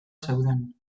zeuden